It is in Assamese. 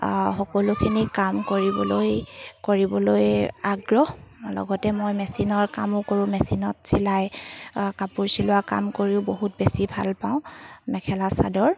সকলোখিনি কাম কৰিবলৈ কৰিবলৈ আগ্ৰহ লগতে মই মেচিনৰ কামো কৰোঁ মেচিনত চিলাই কাপোৰ চিলোৱা কাম কৰিও বহুত বেছি ভাল পাওঁ মেখেলা চাদৰ